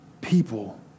people